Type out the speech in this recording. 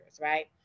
right